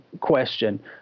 question